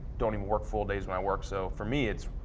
don't even work full days when i work. so for me it's,